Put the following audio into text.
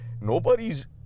nobody's